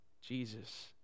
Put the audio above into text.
Jesus